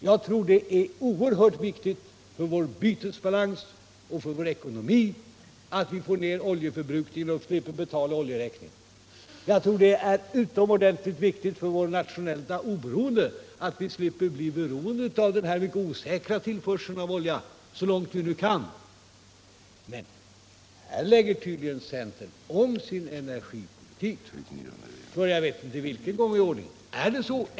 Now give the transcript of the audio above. Jag tror att det är mycket viktigt för vår bytesbalans och vår ekonomi att få ned oljeförbrukningen så att vi slipper betala oljeräkningarna. Det är utomordentligt viktigt för vårt nationella oberoende att vi slipper bli beroende av den mycket osäkra tillförseln av olja — så långt vi nu kan. Men här lägger centern tydligen om sin energipolitik för jag vet inte vilken gång i ordningen. Är det så?